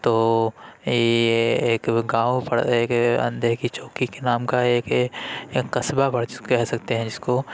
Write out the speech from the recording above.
تو یہ ایک گاؤں ایک اندھے کی چوکی کے نام کا ایک قصبہ کہہ سکتے ہیں جس کو